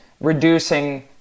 reducing